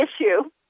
issue